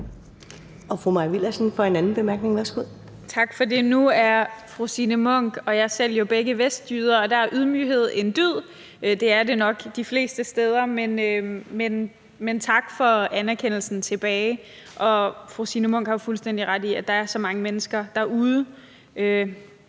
Tak for det. Nu er fru Signe Munk og jeg selv jo begge vestjyder, og der er ydmyghed en dyd. Det er det nok de fleste steder, men tak for anerkendelsen tilbage. Og fru Signe Munk har jo fuldstændig ret i, at der er så mange mennesker derude,